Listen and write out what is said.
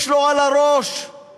יש לו על הראש להחליט